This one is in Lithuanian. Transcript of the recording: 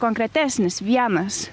konkretesnis vienas